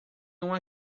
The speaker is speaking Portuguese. uma